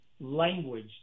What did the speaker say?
language